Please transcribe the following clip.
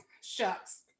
shucks